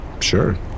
Sure